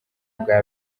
bwa